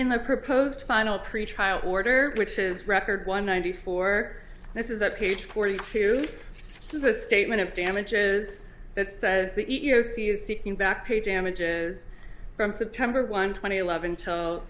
in the proposed final pretrial order which is record one ninety four this is at page forty two of the statement of damages that says the e e o c is seeking back pay damages from september one twenty love until